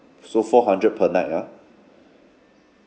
so four hundred per night ah